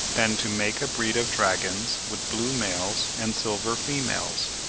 than to make a breed of dragons with blue males and silver females.